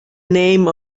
name